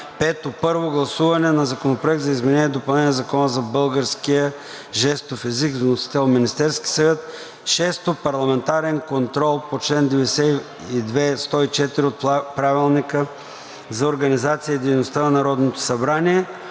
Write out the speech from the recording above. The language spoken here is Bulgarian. Първо гласуване на Законопроекта за изменение и допълнение на Закона за българския жестов език, вносител – Министерският съвет. 6. Парламентарен контрол по чл. 92 – 104 от Правилника за организацията и дейността на Народното събрание.“